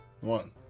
One